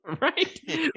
Right